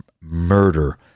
murder